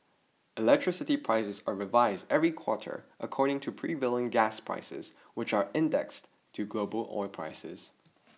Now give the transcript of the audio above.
electricity prices are revised every quarter according to prevailing gas prices which are indexed to global oil prices